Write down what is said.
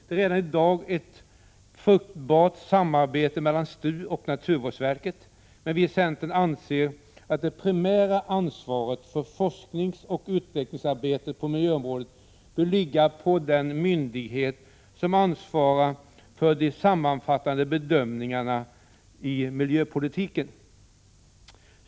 Det är redan i dag ett fruktbart samarbete mellan STU och naturvårdsverket, men vi i centern anser att det primära ansvaret för forskningsoch utvecklingsarbetet på miljöområdet bör ligga hos den myndighet som ansvarar för de sammanfattande bedömningarna i miljöpolitiken.